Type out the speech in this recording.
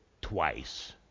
twice